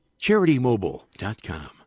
CharityMobile.com